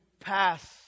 pass